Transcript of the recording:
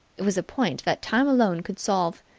it was a point that time alone could solve.